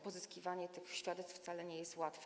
Pozyskiwanie tych świadectw wcale nie jest łatwe.